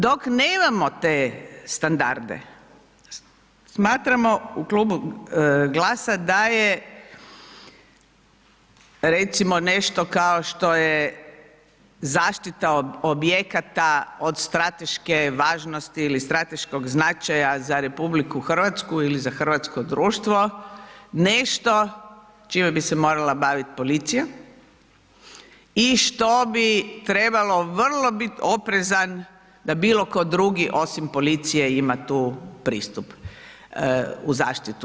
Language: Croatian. Dok nemamo te standarde, smatramo u Klubu GLAS-a da je recimo, nešto kao što je zaštita objekata od strateške važnosti ili strateškog značaja za RH ili za hrvatsko društvo nešto čime bi se morala baviti policija i što bi trebalo vrlo biti oprezan da bilo tko drugi, osim policije ima tu pristup u zaštitu.